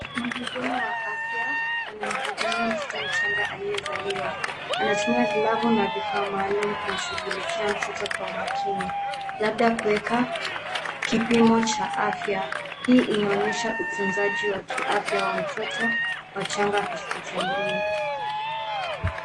Mhudumu wa afya anamhudumia mtoto mchanga aliyezaliwa. Anatumia glovu na vifaa maalum kumshughulikia mtoto kwa umakini, labda kuweka kipimo cha afya. Hii inaonyesha utunzaji wa kiafya wa mtoto wachanga hospitalini.